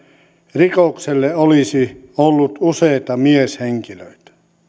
rikokselle olisi ollut useita mieshenkilöitä